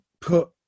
put